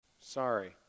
sorry